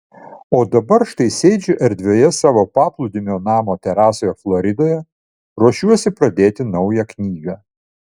o dabar štai sėdžiu erdvioje savo paplūdimio namo terasoje floridoje ruošiuosi pradėti naują knygą